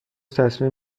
تصمیم